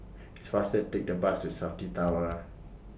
It's faster to Take The Bus to Safti Tower